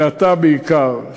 ואתה בעיקר,